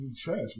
trash